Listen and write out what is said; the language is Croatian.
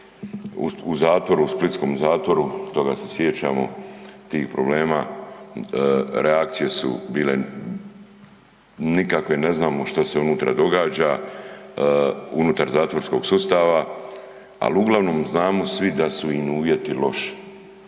u zatvoru, splitskom zatvoru, toga se sjećamo, tih problema, reakcije su bile nikakve, ne znamo što se unutra događa, unutar zatvorskog sustava, ali uglavnom znamo svi da su im uvjeti loši.